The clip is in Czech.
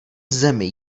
zemi